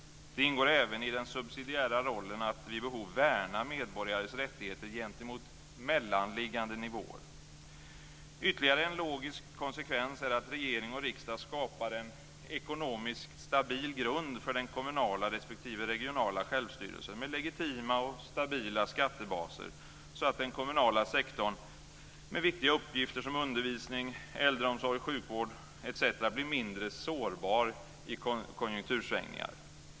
Det ingår även i den subsidiära rollen att vid behov värna medborgares rättigheter gentemot mellanliggande nivåer. Ytterligare en logisk konsekvens är att regering och riksdag skapar en ekonomiskt stabil grund för den kommunala respektive regionala självstyrelsen med legitima och stabila skattebaser så att den kommunala sektorn, med viktiga uppgifter som undervisning, äldreomsorg, sjukvård etc., blir mindre sårbar i konjunktursvängningar.